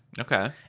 Okay